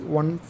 one